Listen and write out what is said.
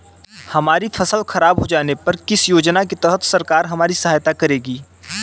हमारी फसल खराब हो जाने पर किस योजना के तहत सरकार हमारी सहायता करेगी?